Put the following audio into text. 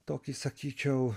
tokį sakyčiau